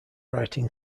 writing